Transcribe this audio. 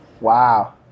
Wow